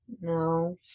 No